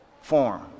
form